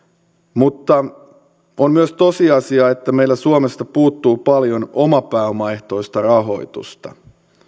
mutta on myös tosiasia että meillä suomesta puuttuu paljon oman pääoman ehtoista rahoitusta